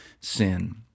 sin